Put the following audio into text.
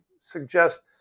suggest